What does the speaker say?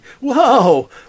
Whoa